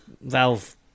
valve